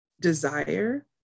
desire